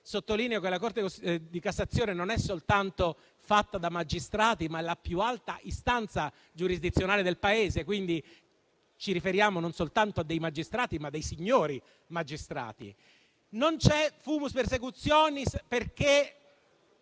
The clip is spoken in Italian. Sottolineo che la Corte di cassazione non è soltanto fatta da magistrati, ma è la più alta istanza giurisdizionale del Paese, quindi ci riferiamo non soltanto a dei magistrati, ma a dei signori magistrati. Non c'è *fumus persecutionis* perché